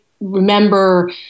remember